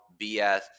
BS